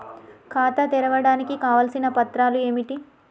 ఖాతా తెరవడానికి కావలసిన పత్రాలు ఏమిటి?